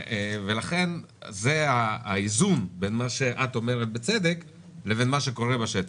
לכן זה האיזון בין מה שאת אומרת בצדק לבין מה שקורה בשטח.